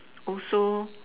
also